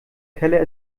keller